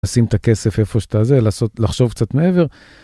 שים את הכסף איפה שאתה זה לעשות לחשוב קצת מעבר.